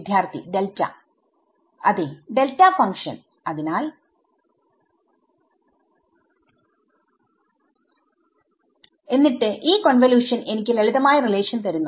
വിദ്യാർത്ഥി ഡെൽറ്റ അതേഡെൽറ്റ ഫങ്ക്ഷൻ അതിനാൽ എന്നിട്ട് ഈ കോൺവല്യൂഷൻ എനിക്ക് ലളിതമായ റിലേഷൻ തരുന്നു